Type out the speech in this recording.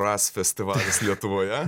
bras festivalis lietuvoje